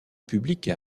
public